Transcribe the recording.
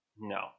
No